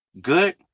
good